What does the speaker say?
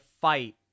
fight